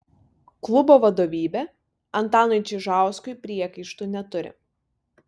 klubo vadovybė antanui čižauskui priekaištų neturi